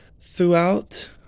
throughout